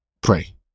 pray